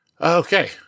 okay